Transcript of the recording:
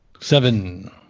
Seven